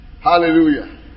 Hallelujah